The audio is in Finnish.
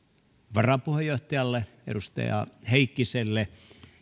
varapuheenjohtajalle edustaja heikkiselle